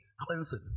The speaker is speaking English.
cleansing